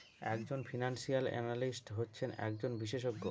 এক জন financial analyst হচ্ছেন একজন বিশেষজ্ঞ